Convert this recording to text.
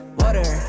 water